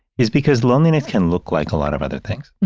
is because loneliness can look like a lot of other things.